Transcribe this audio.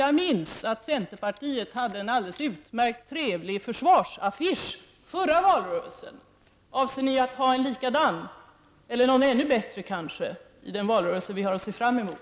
Jag minns att centerpartiet hade en alldeles utmärkt och trevlig försvarsaffisch i förra valrörelsen. Avser ni att ha en likadan eller någon ännu bättre affisch i den valrörelse vi har att se fram emot?